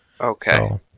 Okay